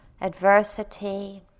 Adversity